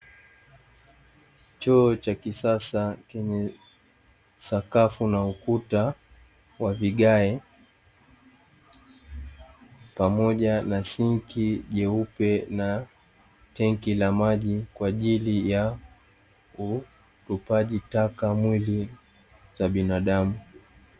Choo cha kisasa chenye sakafu na ukuta wa vigae, pamoja na sinki jeupe na tenki la maji kwa ajili ya utupaji taka mwili za binadamu.